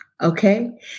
Okay